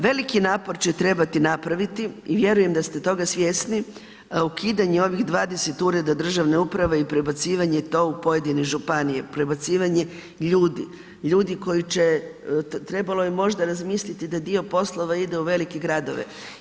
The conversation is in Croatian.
Veliki napor će trebati napraviti i vjerujem da ste toga svjesni, ukidanje ovih 20 ureda državne uprave i prebacivanje to u pojedine županije, prebacivanje ljudi, ljudi koji će, trebalo je možda razmisliti da dio poslova ide u velike gradove.